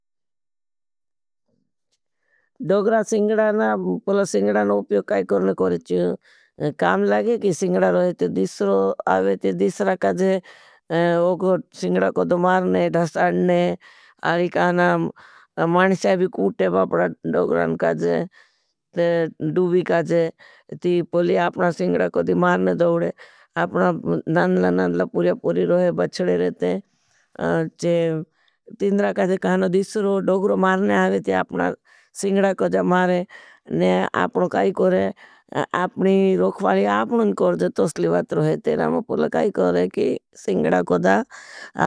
दोगरा सिंगडा ना पला सिंगडा ना उप्योग काई करने कोरेची। काम लागे की सिंगडा रोहे ती दिसरो आवे ती दिसरा काजे। ओको सिंगडा को दो मारने, धसाणने, आरी काना मानिशा भी कूटे बापडा दोगरान काजे। तऐ डूबी काजे टी बोले अपने सिंगडा को मारने दौड़े नांदला नांदला पूरे पूरे बिछड़े ऐते। डोगरो मारने आवे ते आपड़ा सिंगड़ा को जो मारे ने अपड़ो कये को रे। आवे ते दीसरो मारने आवे छे को जे मारे अपने कायी जो आवे आपने तोसली वाटलो कायी को रे सिंगडा तो मारने आ रहे।